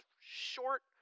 short